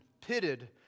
pitted